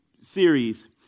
series